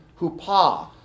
hupa